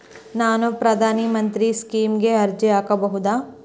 ನಾನು ಪ್ರಧಾನ ಮಂತ್ರಿ ಸ್ಕೇಮಿಗೆ ಅರ್ಜಿ ಹಾಕಬಹುದಾ?